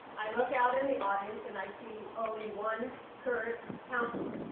i look out in the audience, and i see only one current councilman.